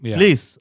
Please